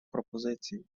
пропозицію